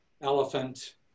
elephant